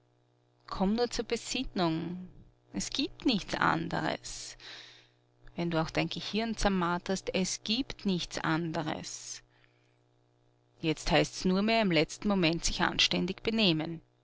komm nur zur besinnung es gibt nichts anderes wenn du auch dein gehirn zermarterst es gibt nichts anderes jetzt heißt's nur mehr im letzten moment sich anständig benehmen